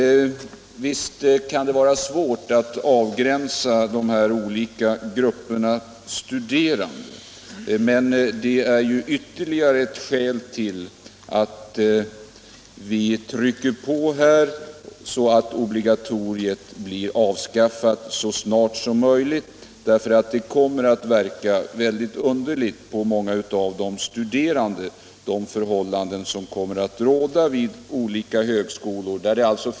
Visst kan det vara svårt att avgränsa dessa olika grupper av studerande, men det är ju ytterligare ett skäl för att vi trycker på för att få obligatoriet avskaffat så snart som möjligt. De förhållanden som kommer att råda vid olika högskolor kommer nämligen att verka mycket underliga på många av de studerande.